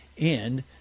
and